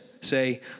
Say